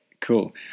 Cool